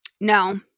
No